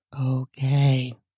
Okay